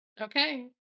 Okay